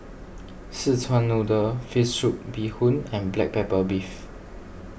Szechuan Noodle Fish Soup Bee Hoon and Black Pepper Beef